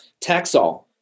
Taxol